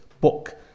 book